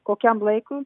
kokiam laikui